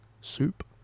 soup